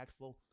impactful